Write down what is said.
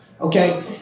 okay